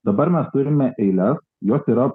dabar mes turime eiles jos yra